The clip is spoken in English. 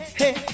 hey